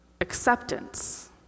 acceptance